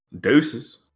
Deuces